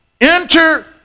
Enter